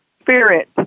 spirit